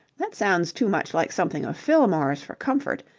that sounds too much like something of fillmore's for comfort.